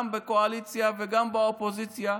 גם בקואליציה וגם באופוזיציה,